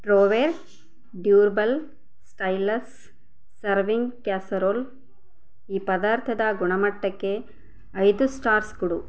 Trueware durable stylish serving casserole ಈ ಪದಾರ್ಥದ ಗುಣಮಟ್ಟಕ್ಕೆ ಐದು ಸ್ಟಾರ್ಸ್ ಕೊಡು